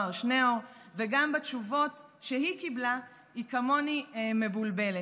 וגם מהתשובות שהיא קיבלה היא כמוני מבולבלת.